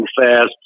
Fast